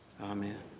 Amen